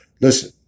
Listen